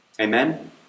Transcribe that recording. Amen